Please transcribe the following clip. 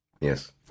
Yes